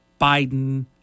Biden